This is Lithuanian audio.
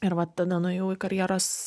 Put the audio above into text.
ir va tada nuėjau į karjeros